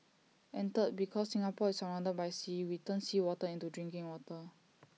and third because Singapore is surrounded by sea we turn seawater into drinking water